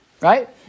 Right